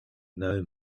know